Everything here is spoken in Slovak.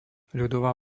ľudová